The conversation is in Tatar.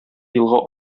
елга